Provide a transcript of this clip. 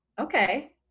Okay